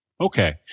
Okay